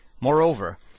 Moreover